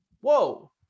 Whoa